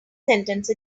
sentence